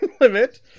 limit